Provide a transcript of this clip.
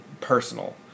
personal